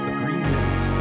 Agreement